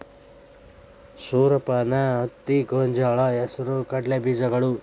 ಸೂರಡಪಾನ, ಹತ್ತಿ, ಗೊಂಜಾಳ, ಹೆಸರು ಕಡಲೆ ಬೇಜಗಳು